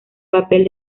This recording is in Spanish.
papel